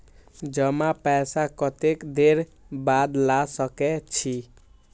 जमा पैसा कतेक देर बाद ला सके छी?